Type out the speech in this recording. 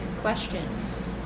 questions